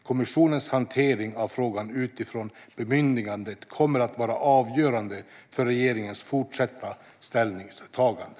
Kommissionens hantering av frågan utifrån bemyndigandet kommer att vara avgörande för regeringens fortsatta ställningstagande.